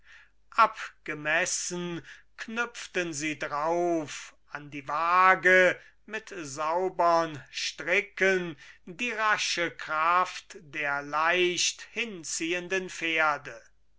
abgemessen knüpften sie drauf an die waage mit saubern stricken die rasche kraft der leicht hinziehenden pferde